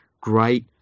great